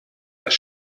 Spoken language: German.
das